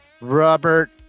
Robert